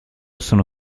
sono